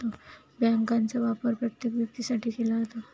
बँकांचा वापर प्रत्येक व्यक्तीसाठी केला जातो